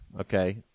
okay